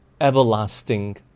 everlasting